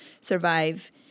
survive